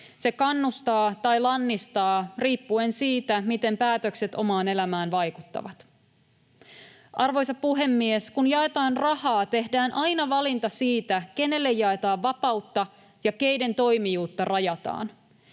Se kannustaa tai lannistaa riippuen siitä, miten päätökset omaan elämään vaikuttavat. Arvoisa puhemies! Kun jaetaan rahaa, tehdään aina valinta siitä, kenelle jaetaan vapautta ja keiden toimijuutta rajataan.